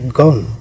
gone